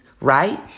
Right